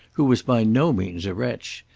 who was by no means a wretch.